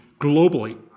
globally